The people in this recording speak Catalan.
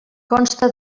consta